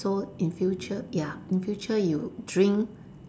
so in future ya in future you drink